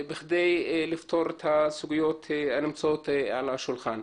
בכדי לפתור את הסוגיות הנמצאות על השולחן.